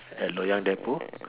at loyang depot